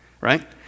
right